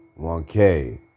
1k